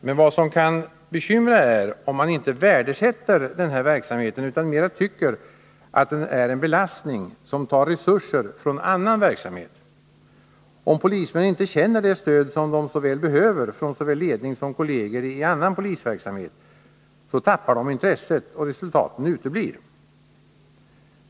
Men vad som kan bekymra är om man inte värdesätter den här verksamheten utan mera tycker att den är en belastning som tar resurser från annan verksamhet. Om polismännen inte känner det stöd som de så väl behöver från såväl ledning som kolleger i annan polisverksamhet, då tappar de intresset, och resultaten uteblir.